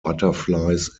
butterflies